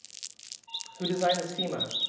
who designed the schema.